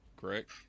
correct